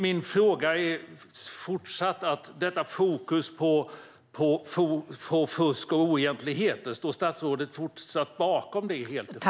Min fråga gäller detta fokus på fusk och oegentligheter. Står statsrådet även i fortsättningen bakom det?